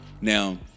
Now